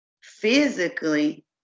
physically